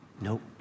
Nope